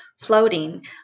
floating